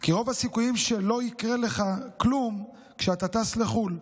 כי רוב הסיכויים שלא יקרה לך כלום כשאתה טס לחו"ל,